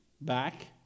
back